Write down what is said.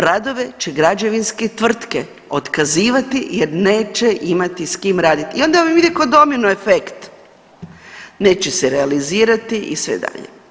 Radove će građevinske tvrtke otkazivati jer neće imati s kim raditi i onda vam ide k'o domino efekt, neće se realizirati i sve dalje.